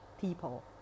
people